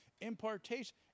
impartation